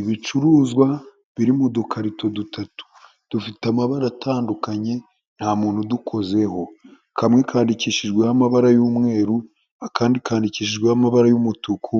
Ibicuruzwa biri mu dukarito dutatu dufite amabara atandukanye nta muntu udukozeho kamwe kandidikishijweho amabara y'umweru, akandi kandikishijweho amabara y'umutuku